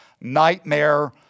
nightmare